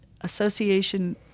Association